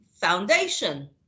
foundation